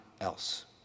else